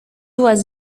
was